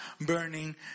burning